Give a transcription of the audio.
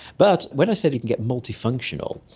but when i said you can get multifunctional,